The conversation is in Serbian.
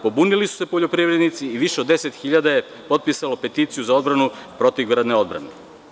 Pobunili su se poljoprivrednici i više od 10 hiljada njih je potpisalo peticiju za odbranu protivgradne odbrane.